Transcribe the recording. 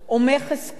או מכס כאן,